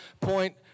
point